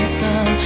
sun